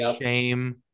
Shame